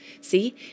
see